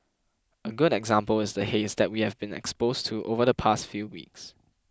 a good example is the haze that we have been exposed to over the past few weeks